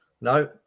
No